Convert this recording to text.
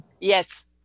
yes